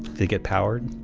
to get powered